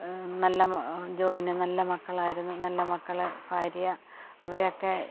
നല്ല ജോബിന് നല്ല മക്കളായിരുന്നു നല്ല മക്കൾ ഭാര്യ അവരെ ഒക്കെ